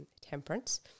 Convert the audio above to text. Temperance